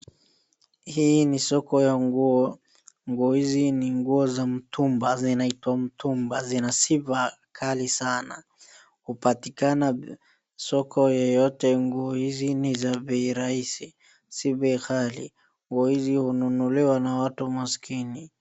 Hii ni soko ya nguo. Nguo hizi ni nguo za mtumba, zinaitwa mtumba zina sifa kali sana. Hupatikana soko yoyote, nguo hizi ni za bei rahisi, si bei ghali. Nguo hizi hununuliwa na watu maskini.